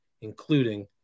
including